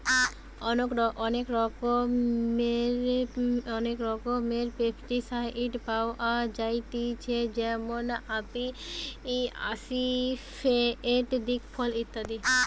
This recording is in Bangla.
অনেক রকমের পেস্টিসাইড পাওয়া যায়তিছে যেমন আসিফেট, দিকফল ইত্যাদি